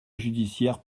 judiciaire